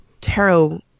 tarot